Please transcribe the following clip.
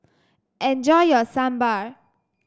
enjoy your Sambar